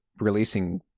releasing